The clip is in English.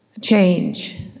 change